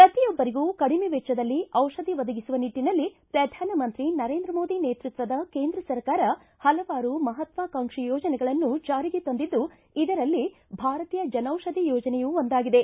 ಪ್ರತಿಯೊಬ್ಬರಿಗೂ ಕಡಿಮೆ ವೆಚ್ಚದಲ್ಲಿ ದಿಷಧಿ ಒದಗಿಸುವ ನಿಟ್ಟನಲ್ಲಿ ಪ್ರಧಾನಮಂತ್ರಿ ನರೇಂದ್ರ ಮೋದಿ ನೇತೃತ್ವದ ಕೇಂದ್ರ ಸರ್ಕಾರ ಹಲವಾರು ಮಹತ್ವಾಕಾಂಕ್ಷಿ ಯೋಜನೆಗಳನ್ನು ಜಾರಿಗೆ ತಂದಿದ್ದು ಇದರಲ್ಲಿ ಭಾರತೀಯ ಜನೌಪಧಿ ಯೋಜನೆಯೂ ಒಂದಾಗಿದೆ